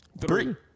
Three